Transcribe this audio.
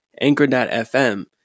Anchor.fm